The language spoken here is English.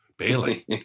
Bailey